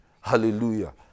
Hallelujah